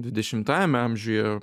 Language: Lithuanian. dvidešimtajame amžiuje